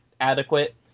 adequate